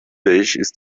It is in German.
ist